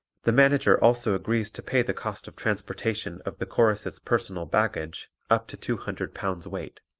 the manager also agrees to pay the cost of transportation of the chorus's personal baggage up to two hundred pounds weight.